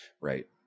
Right